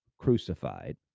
crucified